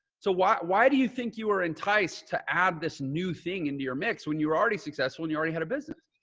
so why why do you think you were enticed to add this new thing into your mix when you were already successful and you already had a business?